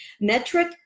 Metric